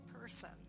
person